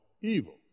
evil